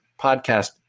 podcast